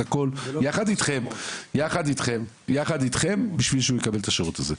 הכול יחד איתכם כדי שהוא יקבל את השירות הזה.